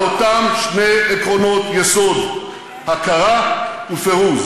על אותם שני עקרונות יסוד, הכרה ופירוז.